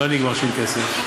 לא נגמר שום כסף.